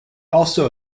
also